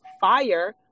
fire